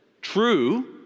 true